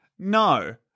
No